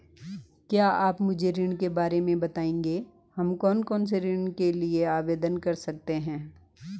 क्या आप मुझे ऋण के बारे में बताएँगे हम कौन कौनसे ऋण के लिए आवेदन कर सकते हैं?